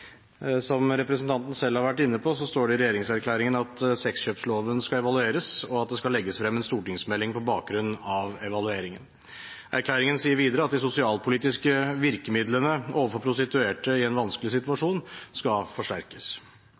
Som representanten selv har vært inne på, står det i regjeringserklæringen at sexkjøpsloven skal evalueres, og at det skal legges «frem en stortingsmelding på bakgrunn av evalueringen». Erklæringen sier videre: «De sosialpolitiske virkemidlene overfor prostituerte i en vanskelig situasjon skal forsterkes».